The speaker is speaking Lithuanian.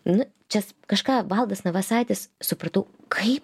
nu čias kažką valdas navasaitis supratau kaip